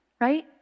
Right